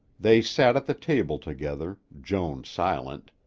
they sat at the table together, joan silent,